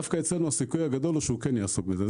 כשדווקא אצלנו קיים סיכוי גדול יותר שהוא כן יעסוק בזה.